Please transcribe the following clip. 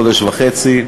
חודש וחצי,